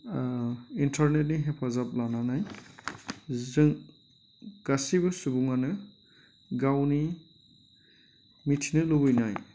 ओ इन्टारनेटनि हेफाजाब लानानै जों गासिबो सुबुङानो गावनि मिथिनो लुगैनाय